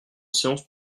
séance